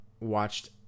watched